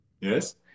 Yes